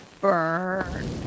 Burn